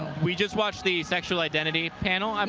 we just watched the sexual identity panel. um